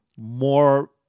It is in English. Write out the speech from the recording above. more